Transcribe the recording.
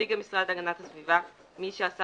"נציג המשרד להגנת הסביבה" מי שהשר